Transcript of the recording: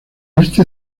este